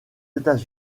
états